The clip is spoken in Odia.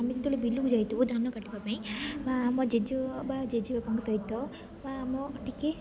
ଆମେ ଯେତେବେଳେ ବିଲୁକୁ ଯାଇଥିବ ଧାନ କାଟିବା ପାଇଁ ବା ଆମ ଜେଜ ବା ଜେଜେବାପାଙ୍କ ସହିତ ବା ଆମ ଟିକେ